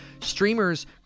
streamers